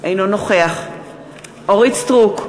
אינו נוכח אורית סטרוק,